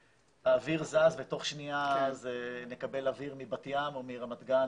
כשהאוויר זז ותוך שנייה נקבל אוויר מבת ים או מרמת גן,